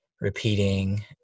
repeating